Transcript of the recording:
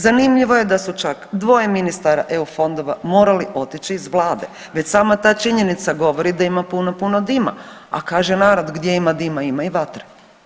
Zanimljivo je čak da su dvoje ministara eu fondova morali otići iz vlade, već sama ta činjenica govori da ima puno, puno, puno dima, a kaže narod gdje ima dima ima i vatre.